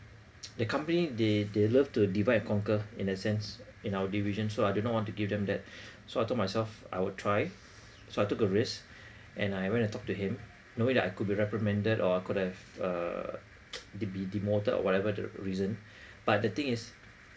the company they they love to divide and conquer in a sense in our division so I do not want to give them that so I told myself I would try so I took a risk and I went to talk to him knowing I could be reprimanded or I could have uh the be demoted or whatever the reason but the thing is